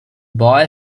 boy